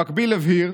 במקביל הבהיר